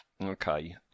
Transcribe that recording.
Okay